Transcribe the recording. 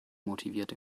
motiviert